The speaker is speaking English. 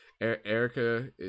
erica